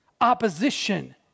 opposition